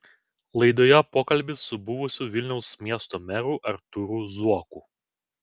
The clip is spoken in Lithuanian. laidoje pokalbis su buvusiu vilniaus miesto meru artūru zuoku